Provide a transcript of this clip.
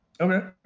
Okay